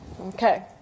Okay